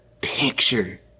Picture